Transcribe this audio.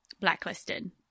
blacklisted